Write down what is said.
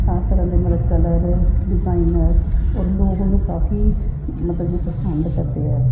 ਹਰ ਤਰ੍ਹਾਂ ਦੇ ਮਤਲਬ ਕਲਰ ਡਿਜ਼ਾਇਨਰ ਔਰ ਲੋਕ ਉਹਨੂੰ ਕਾਫ਼ੀ ਮਤਲਬ ਵੀ ਪਸੰਦ ਕਰਦੇ ਹਾਂ